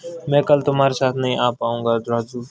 मैं कल तुम्हारे साथ नहीं आ पाऊंगा राजू